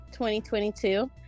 2022